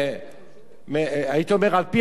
על-פי חוק אתה לא יכול להגביל,